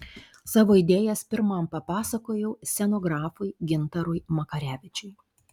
savo idėjas pirmam papasakojau scenografui gintarui makarevičiui